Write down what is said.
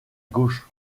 gauche